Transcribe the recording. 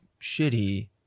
shitty